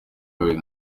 bibiri